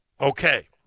Okay